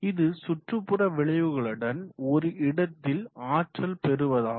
இது சுற்றுப்புற விளைவுகளுடன் ஒரு இடத்தின் ஆற்றல் பெறுவதாகவும்